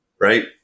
Right